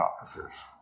officers